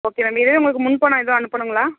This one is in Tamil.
ஓகே மேம் எதாவது உங்களுக்கு முன் பணம் எதுவும் அனுப்புனுங்களா